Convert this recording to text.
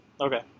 Okay